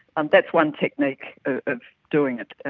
um that's one technique of doing it.